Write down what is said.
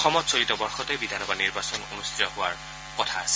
অসমত চলিত বৰ্ষতে বিধান সভা নিৰ্বাচন অনূষ্ঠিত হোৱাৰ কথা আছে